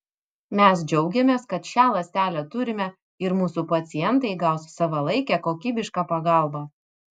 mes džiaugiamės kad šią ląstelę turime ir mūsų pacientai gaus savalaikę kokybišką pagalbą